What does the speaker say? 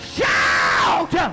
Shout